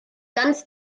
ganz